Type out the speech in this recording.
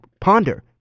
ponder